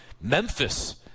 Memphis